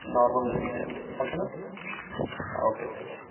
normal message చేయండి ఓకేనా okay thank you